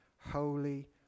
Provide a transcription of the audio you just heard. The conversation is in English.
holy